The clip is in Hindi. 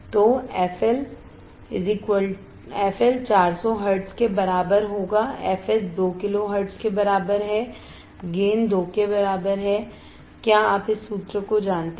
तो fL 400 hertz fH 2 kilo hertz gain क्या आप इस सूत्र को जानते हैं